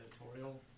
editorial